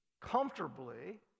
comfortably